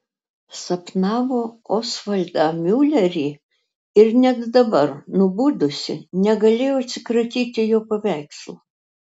sapnavo osvaldą miulerį ir net dabar nubudusi negalėjo atsikratyti jo paveikslo